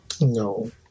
No